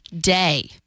day